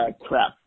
crap